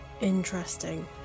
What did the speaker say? interesting